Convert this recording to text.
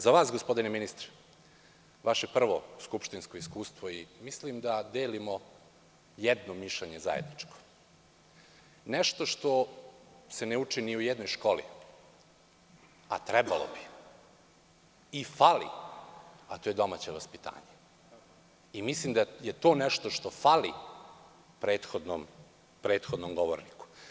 Za vas, gospodine ministre, vaše prvo skupštinsko iskustvo i mislim da delimo jedno zajedničko mišljenje, nešto što se ne uči ni u jednoj školi, a trebalo bi i fali, a to je domaće vaspitanje i mislimda je to nešto što fali prethodnom govorniku.